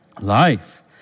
Life